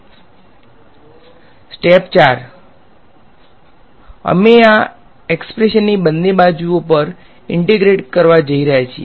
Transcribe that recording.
step ૪ અમે આ એક્સ્પ્રેશનની બંને બાજુઓ પર ઈંટેગ્રેટ કરવા જઈ રહ્યા છીએ